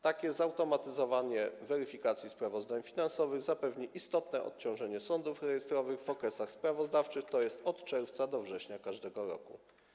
Takie zautomatyzowanie weryfikacji sprawozdań finansowych zapewni istotne odciążenie sądów rejestrowych w okresach sprawozdawczych, tj. od czerwca do września każdego roku.